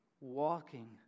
walking